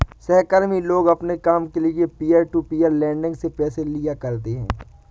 सहकर्मी लोग अपने काम के लिये पीयर टू पीयर लेंडिंग से पैसे ले लिया करते है